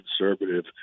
conservative